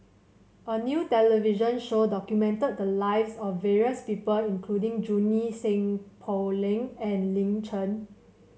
a new television show documented the lives of various people including Junie Sng Poh Leng and Lin Chen